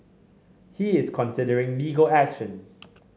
he is considering legal action